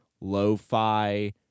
lo-fi